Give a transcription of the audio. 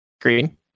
Green